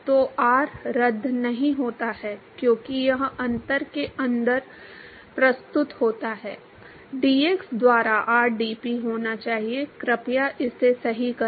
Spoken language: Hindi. तो r रद्द नहीं होता है क्योंकि यह अंतर के अंदर प्रस्तुत होता है dx द्वारा rdp होना चाहिए कृपया इसे सही करें